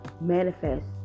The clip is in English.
manifest